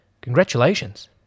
Congratulations